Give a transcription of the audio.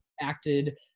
acted –